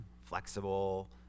flexible